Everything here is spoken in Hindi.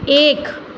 एक